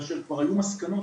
כאשר כבר היו מסקנות,